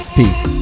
peace